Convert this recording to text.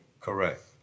Correct